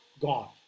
gone